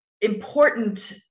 important